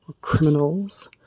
criminals